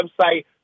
website